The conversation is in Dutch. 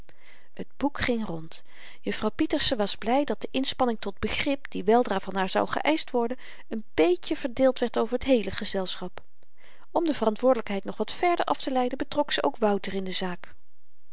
t boek ging rond juffrouw pieterse was bly dat de inspanning tot begrip die weldra van haar zou geëischt worden n beetje verdeeld werd over t heele gezelschap om de verantwoordelykheid nog wat verder afteleiden betrok ze ook wouter in de zaak